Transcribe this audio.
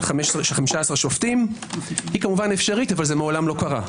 15 שופטים היא כמובן אפשרית אך מעולם לא קרה.